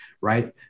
Right